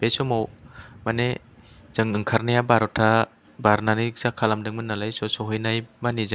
बे समाव माने जों ओंखारनाया बार'था बारनानै स्थारथ खालामदोंमोन नालाय जोङो सौहैनायमानि